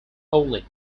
only